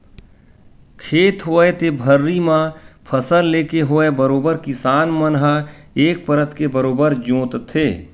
खेत होवय ते भर्री म फसल लेके होवय बरोबर किसान मन ह एक परत के बरोबर जोंतथे